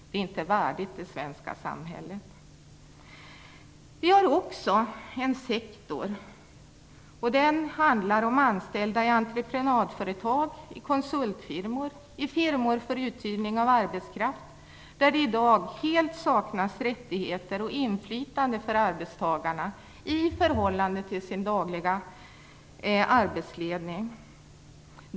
Det är inte värdigt det svenska samhället. Vi har också sektorn med anställda i entreprenadföretag, konsultfirmor, firmor för uthyrning av arbetskraft, där det i dag helt saknas rättigheter och inflytande för arbetstagarna i förhållande till sin dagliga arbetsledning.